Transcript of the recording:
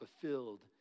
fulfilled